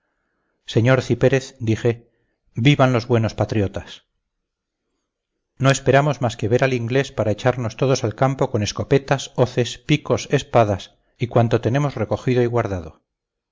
tañer señor cipérez dije vivan los buenos patriotas no esperamos más que ver al inglés para echarnos todos al campo con escopetas hoces picos espadas y cuanto tenemos recogido y guardado